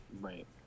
Right